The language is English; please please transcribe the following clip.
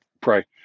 pray